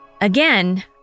Again